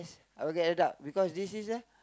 okay a dark because this is a